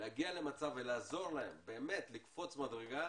להגיע ולעזור להם באמת לקפוץ מדרגה